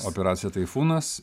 operacija taifūnas